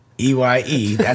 E-Y-E